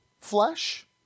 flesh